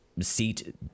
seat